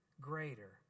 greater